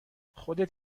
خودت